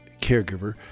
Caregiver